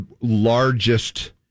largest